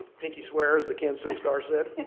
pinky swear, as the kansas city star said.